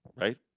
Right